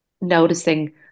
noticing